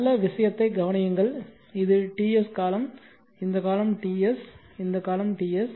நல்ல விஷயத்தைக் கவனியுங்கள் இது Ts காலம் இந்த காலம் Ts இந்த காலம் Ts